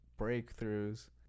breakthroughs